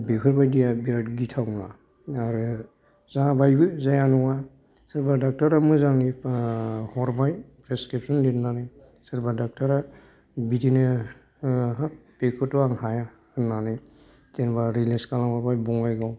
बेफोर बायदिया बिराद गिथावना आरो जाबायबो जाया नङा सोरबा डक्ट'रा मोजांनि हरबाय प्रेसक्रिप्सन लिरनानै सोरबा डक्ट'रा बिदिनो हो बेखौथ' आं हाया होन्नानै जेनेबा रिलिस खालामहरबाय बङाइगाव